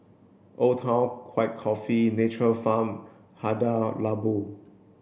Old Town White Coffee Nature Farm Hada Labo